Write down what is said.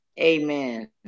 Amen